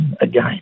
again